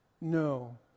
No